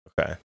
Okay